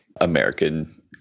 American